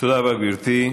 תודה רבה, גברתי.